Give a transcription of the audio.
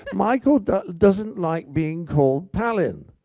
michael doesn't doesn't like being called pallen.